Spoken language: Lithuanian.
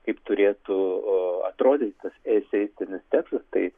kaip turėtų atrodyt tas eseistinis tekstas tai